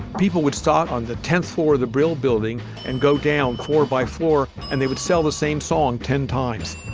people would start on the tenth floor of the brill building and go down four by four and they would sell the same song ten times.